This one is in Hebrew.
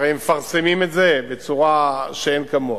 הרי מפרסמים את זה בצורה שאין כמוה.